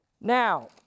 Now